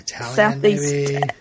Southeast